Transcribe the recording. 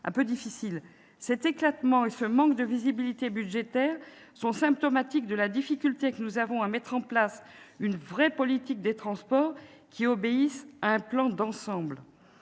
la ministre. Cet éclatement et ce manque de visibilité budgétaire sont symptomatiques de la difficulté que nous avons à mettre en place une vraie politique des transports qui obéisse à un plan d'ensemble.